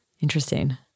Interesting